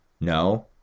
No